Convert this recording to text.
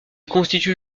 constitue